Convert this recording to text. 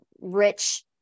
rich